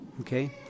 Okay